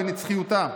בנצחיותה.